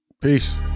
peace